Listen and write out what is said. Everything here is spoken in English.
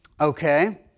Okay